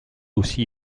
aussi